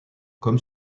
comme